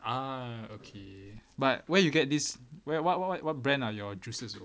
ah okay but where do you get this where what what what what brand are your juices